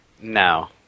No